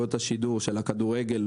בזכויות השידור של הכדורגל,